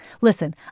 Listen